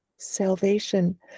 Salvation